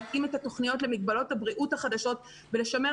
להתאים את התוכניות למגבלות הבריאות החדשות ולשמר